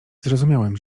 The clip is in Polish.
zrozumiałem